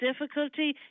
difficulty